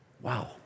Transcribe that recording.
Wow